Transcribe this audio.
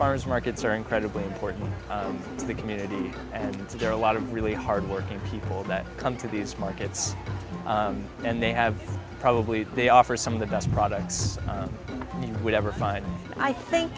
bars markets are incredibly important to the community and there are a lot of really hardworking people that come to these markets and they have probably they offer some of the best products anyone would ever find and i think